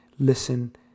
Listen